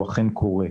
וזה אכן קורה,